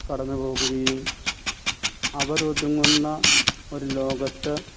കടന്നുപോകുകയും അവരൊതുങ്ങുന്ന ഒരു ലോകത്ത്